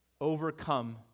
overcome